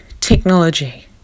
technology